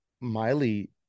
Miley